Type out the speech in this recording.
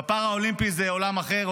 בפאראלימפי זה עולם אחר,